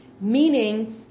Meaning